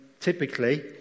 typically